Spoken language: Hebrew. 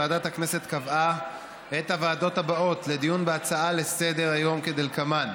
ועדת הכנסת קבעה את הוועדות הבאות לדיון בהצעות לסדר-היום כדלקמן: